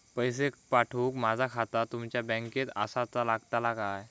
पैसे पाठुक माझा खाता तुमच्या बँकेत आसाचा लागताला काय?